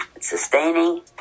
sustaining